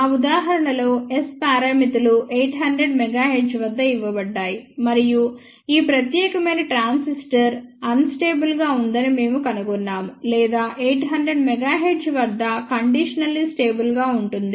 ఆ ఉదాహరణ లో S పారామితులు 800 MHz వద్ద ఇవ్వబడ్డాయి మరియు ఈ ప్రత్యేకమైన ట్రాన్సిస్టర్ అన్ స్టేబుల్ గా ఉందని మేము కనుగొన్నాము లేదా 800 MHz వద్ద కండీషనల్లీ స్టేబుల్ గా ఉంటుంది